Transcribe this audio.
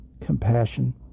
compassion